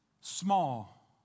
small